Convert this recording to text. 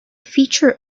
feature